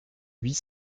huit